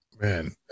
Man